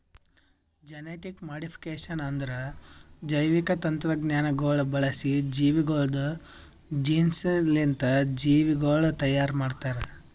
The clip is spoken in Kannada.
ಜೆನೆಟಿಕ್ ಮೋಡಿಫಿಕೇಷನ್ ಅಂದುರ್ ಜೈವಿಕ ತಂತ್ರಜ್ಞಾನಗೊಳ್ ಬಳಸಿ ಜೀವಿಗೊಳ್ದು ಜೀನ್ಸ್ಲಿಂತ್ ಜೀವಿಗೊಳ್ ತೈಯಾರ್ ಮಾಡ್ತಾರ್